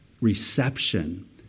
reception